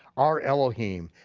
our elohim,